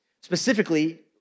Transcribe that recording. specifically